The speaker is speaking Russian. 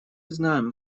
знаем